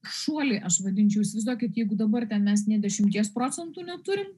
šuolį aš vadinčiau įsivaizduokit jeigu dabar ten mes nė dešimties procentų neturim